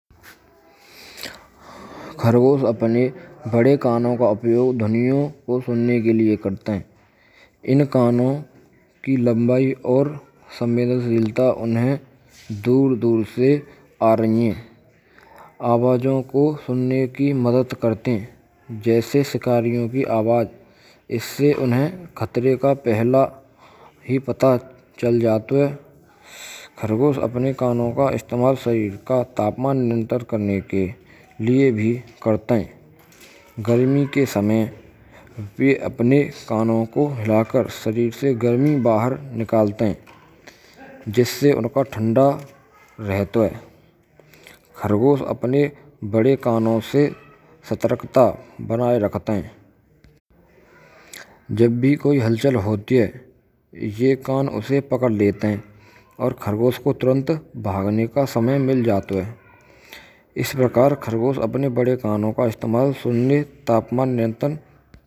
Kharagosh apane bade kaanoon ka upayog dhaniyon ko sunne ke lie karate hai. Inhen kano kee lambaee aur sanvedansheelta unhe door-door te aa rhin hay. Je aavaajo ko sunaane kee madad karate hay. Jaise shikaariyon kee aavaaj. Isee unhen khatare ka pahala hee pata chal jaata hai. Kharagosh apane kaanoon ka istamaal sarer ka tapamaan niyantran karane ke lie bhee karate hain. Garmee ke samay apane kaanon ko hilaakar shareer se garmee bahaar nikaalate hain. Jise unaka thanda rahata hai. Kharagosh apane bade kanon se satkaarta banaye rahate hain. Jab bhi koi halchal hoti hay. Yeh kaan usee pkad leyte hay. Aur khargosh ko turant bhagne ka smay mil jato hay. Is prakar kharagosh apne bde kano ka istimal sunne aur tapmaan niyantran mai kro Jaat hay.